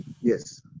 yes